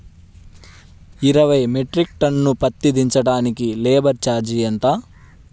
ఇరవై metric ton పత్తి దించటానికి లేబర్ ఛార్జీ ఎంత?